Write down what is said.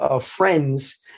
friends